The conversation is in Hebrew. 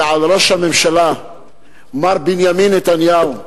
זה על ראש הממשלה מר בנימין נתניהו,